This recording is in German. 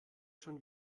schon